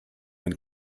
when